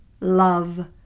love